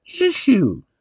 issue